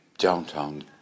downtown